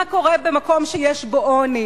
מה קורה במקום שיש בו עוני,